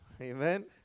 Amen